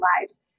lives